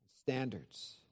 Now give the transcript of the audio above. standards